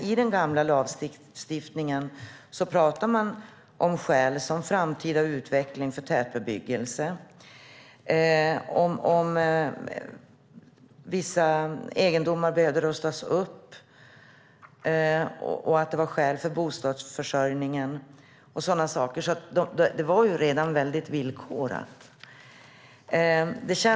I den gamla lagstiftningen anger man skäl som framtida utveckling för tätbebyggelse, att egendomar behöver rustas upp, bostadsförsörjning och sådant. Det var alltså villkorat.